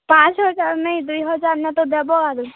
ପାଞ୍ଚ ହଜାର ନାଇଁ ଦୁଇ ହଜାର ନେତ ଦେବ ଆରୁ